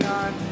on